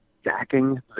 stacking